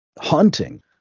haunting